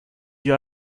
you